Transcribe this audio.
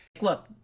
Look